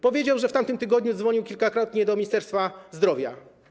Powiedział, że w tamtym tygodniu dzwonił kilkakrotnie do Ministerstwa Zdrowia.